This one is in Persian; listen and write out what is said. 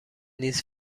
نیز